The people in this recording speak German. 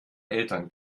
eltern